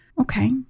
okay